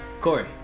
Corey